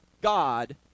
God